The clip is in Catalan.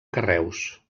carreus